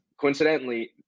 Coincidentally